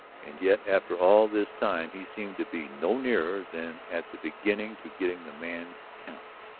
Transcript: and yet, after all this time, he seemed to be no nearer than at the beginning to getting the man who counted.